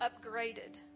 upgraded